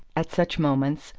at such moments,